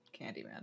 Candyman